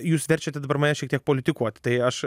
jūs verčiate dabar mane šiek tiek politikuoti tai aš